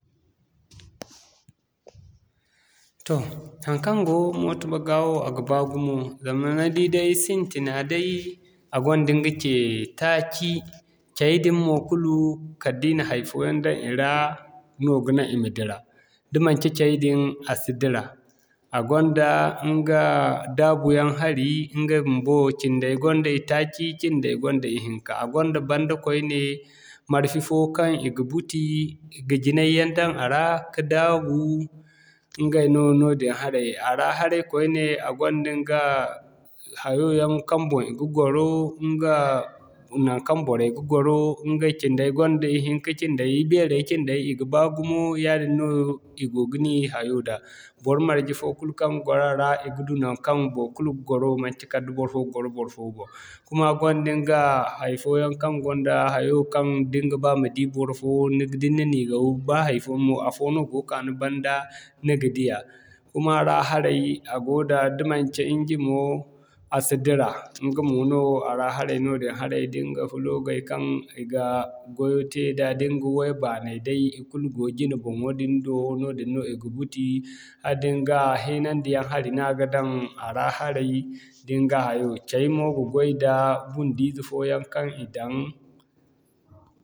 Toh haŋkaŋ go mooto ga wo a ga baa gumo zama ni di day sintina day a gonda ɲga cee taaci, cay din mo kulu kala day da i na hay'fo daŋ i ra no ga naŋ i ma dira. Da manci cay din, a si dira. A gonda ɲga daabu yaŋ hari, ɲga bumbo cindo wo cinday gonda itaaci, cinday gonda a hinka. A gonda banda kwayne marfi fo kaŋ i ga buti ka jinay yaŋ daŋ a ra ka daabu, ɲgay no noodin haray. A ra haray kwayne, a gonda ɲgay hayo yaŋ kaŋ boŋ i ga gwaro ɲga, naŋkaŋ boray ga gwaro ɲgay cinday gonda ihinka, cinday i beeray cinday i ga baa gumo yaadin no, i go ga ni hayo da. Bor marje fo kulu kaŋ gwaro a ra a ga du naŋkaŋ baikulu ga gwaro manci kala da barfo gwaro barfo boŋ. Kuma a gonda ɲga haifoyaŋ kaŋ gonda hayo kaŋ da ni ga ba ma di barfo ni ga da ni na niigaw ba haifo no, afoo no go ka ni banda, ni ga diya. Kuma a ra haray, a goo da, da manci injimo a si dira ɲga mo no a ra haray noodin da ɲga globay kaŋ i ga gwayo te da da ŋga waya baanay day ikulu go jine boŋo din do, noodin no i ga buti hadda ɲga heenandi yaŋ hari na ga daŋ a ra haray, da ɲga hayo. Cay mo ga gway da bundu ize fooyaŋ kaŋ i daŋ.